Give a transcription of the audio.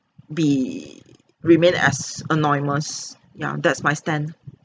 be remain as anonymous ya that's my stand